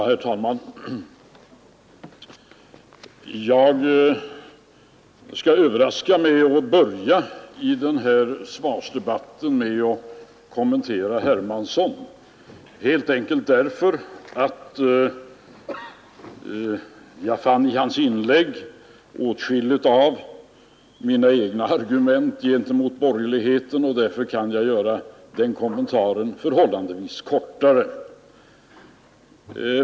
Herr talman! Jag skall överraska med att börja svarsdebatten med att kommentera herr Hermanssons inlägg helt enkelt därför att jag i detta fann åtskilligt av mina egna argument gentemot borgerligheten och därigenom kan göra den kommentaren förhållandevis kortare.